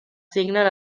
signen